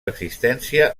existència